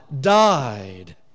died